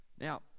Now